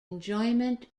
enjoyment